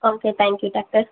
okay thank you doctor